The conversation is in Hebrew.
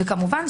כמובן,